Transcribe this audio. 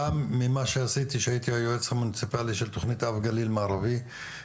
גם ממה שעשיתי שהייתי היועץ המוניציפאלי של תכנית הגליל המערבי.